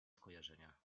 skojarzenia